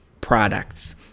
products